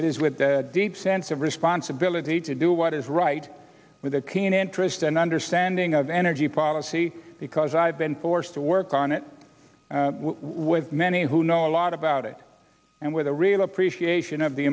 it is with a deep sense of responsibility to do what is right with a keen interest and understanding of energy policy because i've been forced to work on it with many who know a lot about it and with a real appreciation of the